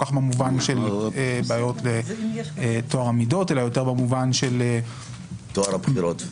כך במובן של בעיות בטוהר המידות אלא יותר במובן של --- טוהר הבחירות.